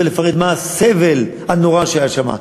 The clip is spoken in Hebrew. ולפרט מה הסבל הנורא שהיה שם.